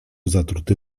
zatruty